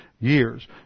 years